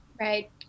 Right